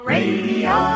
Radio